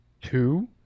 Two